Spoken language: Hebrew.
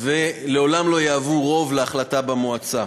ולעולם לא יהוו רוב להחלטה במועצה.